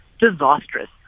disastrous